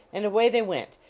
and away they went,